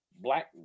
black